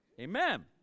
Amen